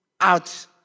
out